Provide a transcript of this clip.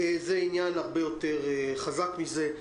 זה עניין הרבה יותר חזק מזה,